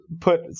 put